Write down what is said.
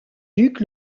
duc